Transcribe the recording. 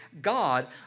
God